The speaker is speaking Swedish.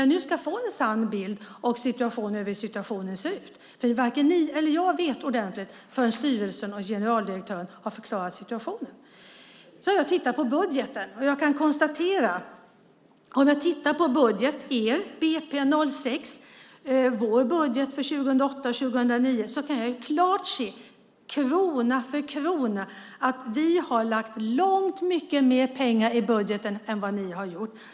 Jag ska nu få en sann bild av hur situationen ser ut. Varken ni eller jag vet ordentligt förrän styrelsen och generaldirektören har förklarat situationen. Jag har tittat på budgeten. När jag tittar på er budget för 2006 och vår budget för 2008 och 2009 kan jag klart se krona för krona att vi har lagt långt mycket mer pengar i budgeten än vad ni har gjort.